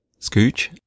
Scooch